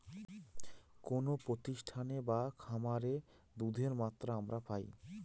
কোনো প্রতিষ্ঠানে বা খামারে দুধের মাত্রা আমরা পাই